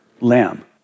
lamb